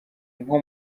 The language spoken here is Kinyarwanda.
nko